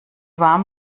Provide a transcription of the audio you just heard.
warm